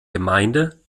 gemeinde